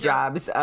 Jobs